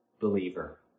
believer